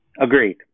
Agreed